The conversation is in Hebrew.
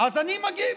אז אני מגיב.